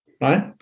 Right